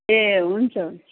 ए हुन्छ हुन्छ